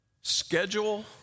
schedule